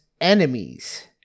enemies